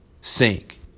sink